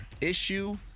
Issue